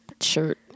shirt